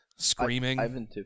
Screaming